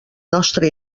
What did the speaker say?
nostra